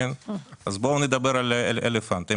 אז בואו נדבר על elephantim.